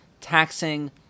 taxing